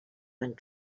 and